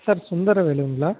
sir சுந்தர வேலுங்களா